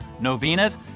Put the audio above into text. novenas